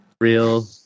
Real